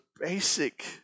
basic